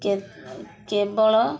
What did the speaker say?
କେ କେବଳ